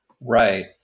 Right